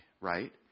right